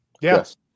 Yes